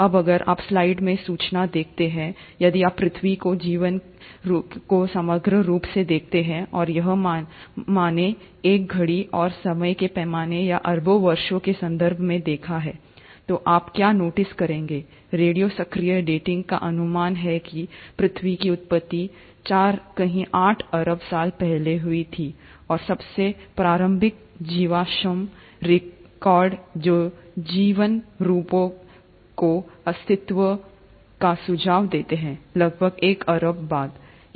अब अगर आप स्लाइड में सूचना देखते हैं यदि आप पृथ्वी के जीवन को समग्र रूप से देखते हैं और यहाँ मैंने एक घड़ी और समय के पैमाने या अरबों वर्षों के संदर्भ में देखा है तो आप क्या नोटिस करेंगे रेडियो सक्रिय डेटिंग का अनुमान है कि पृथ्वी की उत्पत्ति चारकहीं आठ अरब साल पहले हुई थी और सबसे प्रारंभिक जीवाश्म रिकॉर्ड जो जीवन रूपों के अस्तित्व का सुझाव देते हैं लगभग एक अरब साल बाद है